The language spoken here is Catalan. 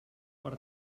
per